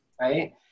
right